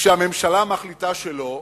כשהממשלה מחליטה שלא,